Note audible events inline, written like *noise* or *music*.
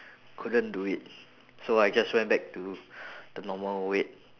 couldn't do it so I just went back to *breath* the normal weight